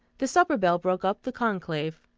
the supper bell broke up the conclave.